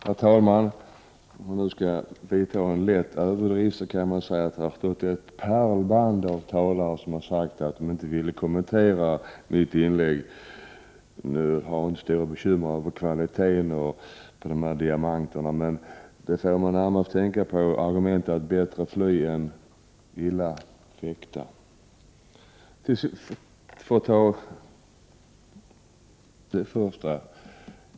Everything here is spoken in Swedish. Herr talman! Med en lätt överdrift skulle man kunna säga att ett pärlband av talare här har sagt att de inte vill kommentera mitt inlägg. Jag hyser inte stora bekymmer över kvaliteten hos dessa pärlor eller diamanter, men de kommer mig att tänka på uttrycket: Bättre fly än illa fäkta.